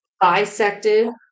Bisected